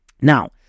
Now